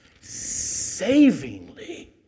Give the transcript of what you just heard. savingly